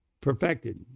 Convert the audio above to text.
perfected